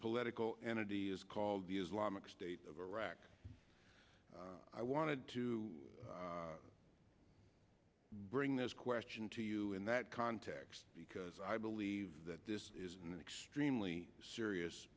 political entity is called the islamic state of iraq i wanted to bring this question to you in that context because i believe that this is an extremely syri